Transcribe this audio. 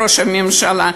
ראש הממשלה,